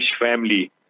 family